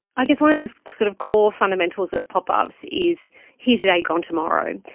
i guess one of the sort of core fundamentals of pop-ups is here today, gone tomorrow'.